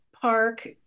Park